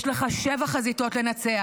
יש לך שבע חזיתות לנצח,